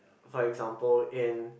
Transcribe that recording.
for example in